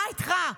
מה איתך?